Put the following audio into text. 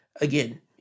Again